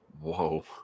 Whoa